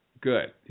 Good